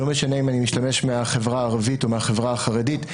זה לא משנה אם אני משתמש מהחברה הערבית או מהחברה החרדית,